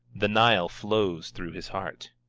the nile flows through his heart.